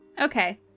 okay